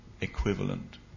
equivalent